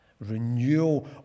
Renewal